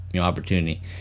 opportunity